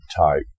type